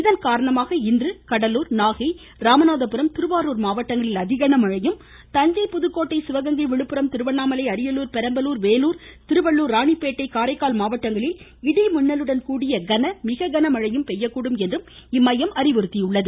இதன்காரணமாக இன்று கடலூர் நாகை ராமநாதபுரம் திருவாருர் மாவட்டங்களில் அதி கன மழையும் தஞ்சை புதுக்கோட்டை சிவகங்கை விழுப்புரம் திருவண்ணாமலை அரியலூர் பெரம்பலூர் வேலூர் திருவள்ளூர் ராணிப்பேட்டை காரைக்கால் மாவட்டங்களில் இடி மின்னலுடன் கூடிய கன மிக கன மழையும் பெய்யக்கூடும் என்று இம்மையம் தெரிவித்துள்ளது